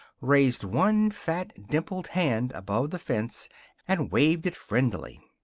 raised one fat, dimpled hand above the fence and waved it friendlily.